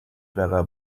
байгаа